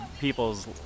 people's